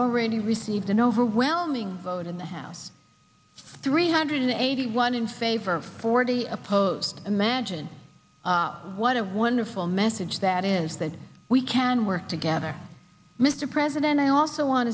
already received an overwhelming vote in the house three hundred eighty one in favor of forty opposed imagine what a wonderful message that is that we can work together mr president i also want